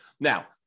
Now